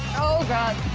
oh, god.